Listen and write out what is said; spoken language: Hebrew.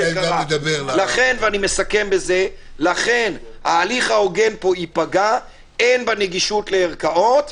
לכן ההליך ההוגן פה ייפגע, אין בה נגישות לערכאות,